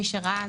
מי שראה,